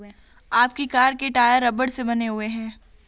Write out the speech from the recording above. आपकी कार के टायर रबड़ से बने हुए हैं